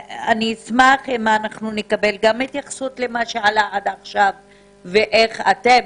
אשמח אם אנחנו נקבל גם התייחסות למה שעלה עד עכשיו ואיך אתם,